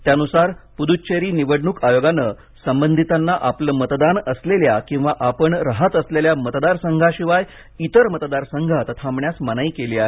त्यानुसार पुदूच्चेरी निवडणूक आयोगानं संबंधितांना आपलं मतदान असलेल्या किंवा आपण राहत असलेल्या मतदारसंघाशिवाय इतर मतदारसंघात थांबण्यास मनाई केली आहे